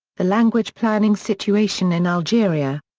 the language planning situation in algeria.